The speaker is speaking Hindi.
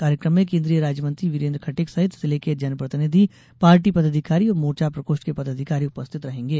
कार्यक्रम में केन्द्रीय राज्यमंत्री वीरेन्द्र खटीक सहित जिले के जनप्रतिनिधि पार्टी पदाधिकारी और मोर्चा प्रकोष्ठ के पदाधिकारी उपस्थित रहेंगे